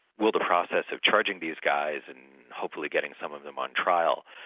will the process of charging these guys and hopefully getting some of them on trial,